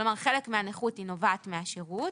כלומר חלק מהנכות נובעת מהשירות